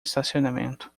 estacionamento